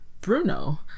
Bruno